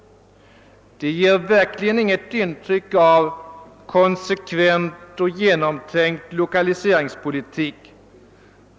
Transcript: Det ger verkligen inget intryck av konsekvent och genomtänkt lokaliseringspolitik.